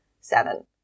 seven